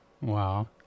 wow